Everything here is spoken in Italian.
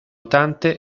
tante